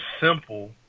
simple